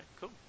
cool